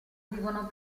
vivono